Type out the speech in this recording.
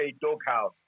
doghouse